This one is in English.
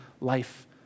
life